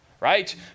right